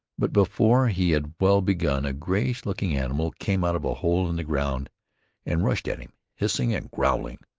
but before he had well begun, a grayish-looking animal came out of a hole in the ground and rushed at him, hissing and growling.